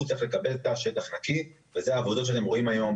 הוא צריך לקבל תא שטח נקי וזה העבודות שאתם רואים היום.